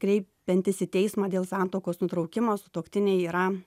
kreipiantis į teismą dėl santuokos nutraukimo sutuoktiniai yra